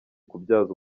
kubyaza